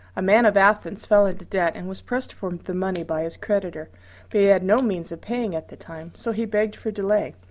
a man of athens fell into debt and was pressed for the money by his creditor but he had no means of paying at the time, so he begged for delay.